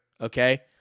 okay